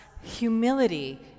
humility